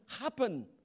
happen